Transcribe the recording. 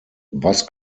was